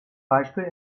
beispiel